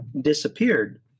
disappeared